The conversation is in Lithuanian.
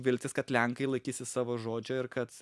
viltys kad lenkai laikysis savo žodžio ir kad